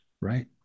right